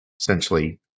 essentially